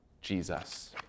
Jesus